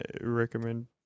recommend